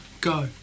Go